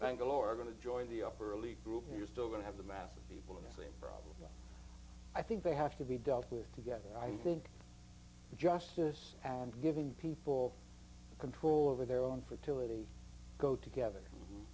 bangalore going to join the upper elite group and you're still going to have the mass of people in the same problem i think they have to be dealt with together and i think justice and giving people control over their own fertility go together and